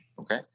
Okay